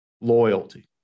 loyalty